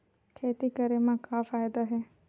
खेती करे म का फ़ायदा हे?